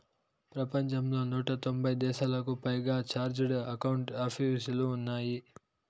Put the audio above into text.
ప్రపంచంలో నూట తొంభై దేశాలకు పైగా చార్టెడ్ అకౌంట్ ఆపీసులు ఉన్నాయి